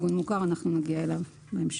בהמשך אנחנו נגיע לארגון מוכר.